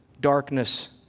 Darkness